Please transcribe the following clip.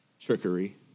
trickery